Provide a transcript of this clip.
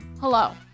Hello